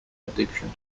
addiction